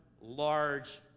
large